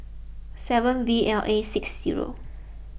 seven V L A six zero